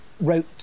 wrote